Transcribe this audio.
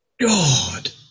God